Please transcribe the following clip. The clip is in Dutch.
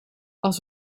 als